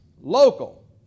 local